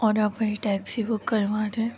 اور آپ وہی ٹیکسی بک کروا دیں